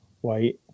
white